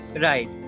Right